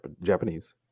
japanese